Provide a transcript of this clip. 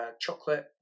chocolate